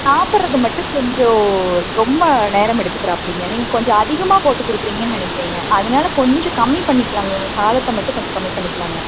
சாப்பிட்றது மட்டும் கொஞ்சம் ரொம்ப நேரம் எடுத்துக்கிறாப்பிடிங்க நீங்க கொஞ்சம் அதிகமாக போட்டு கொடுக்கறீங்கன்னு நினைக்கிறேங்க அதனால கொஞ்சம் கம்மி பண்ணிக்கிலாங்க சாதத்தை மட்டும் கொஞ்சம் கம்மி பண்ணிக்கலாங்க